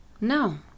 No